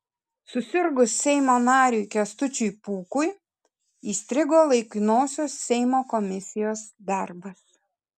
susirgus seimo nariui kęstučiui pūkui įstrigo laikinosios seimo komisijos darbas